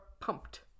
Pumped